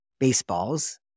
Baseballs